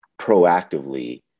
proactively